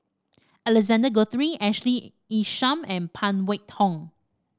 Alexander Guthrie Ashley Isham and Phan Wait Tong